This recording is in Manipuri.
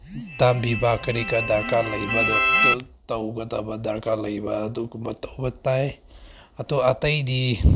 ꯇꯥꯕꯤꯕ ꯀꯔꯤꯀꯔꯥ ꯗꯔꯀꯥꯔ ꯂꯩꯕ ꯑꯗꯣ ꯑꯗꯨ ꯇꯧꯒꯗꯕ ꯗꯔꯀꯥꯔ ꯂꯩꯕ ꯑꯗꯨꯒꯨꯝꯕ ꯇꯧꯕ ꯇꯥꯏ ꯑꯗꯣ ꯑꯇꯩꯗꯤ